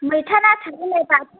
मैथा नाथुर जुनाय बाथोन